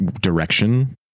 direction